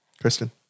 Kristen